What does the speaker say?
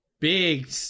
Big